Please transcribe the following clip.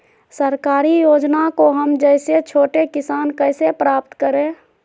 सरकारी योजना को हम जैसे छोटे किसान कैसे प्राप्त करें?